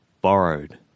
borrowed